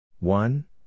One